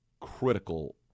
critical